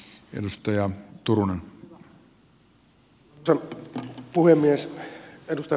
arvoisa puhemies